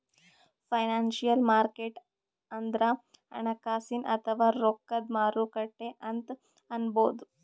financial market ಅಂದ್ರ ಹಣಕಾಸಿನ್ ಅಥವಾ ರೊಕ್ಕದ್ ಮಾರುಕಟ್ಟೆ ಅಂತ್ ಅನ್ಬಹುದ್